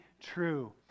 true